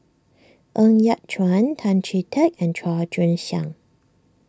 Ng Yat Chuan Tan Chee Teck and Chua Joon Siang